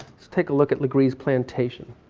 let's take a look at legree's plantation.